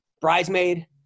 bridesmaid